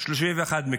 31 מקרים.